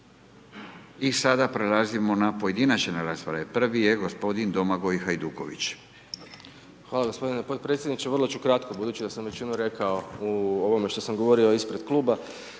I sada prelazimo na pojedinačne rasprave. Prvi je gospodin Domagoj Hajduković. **Hajduković, Domagoj (SDP)** Hvala gospodine potpredsjedniče. Vrlo ću kratko, budući da sam većinu rekao u ovome što sam govorio ispred kluba.